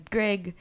Greg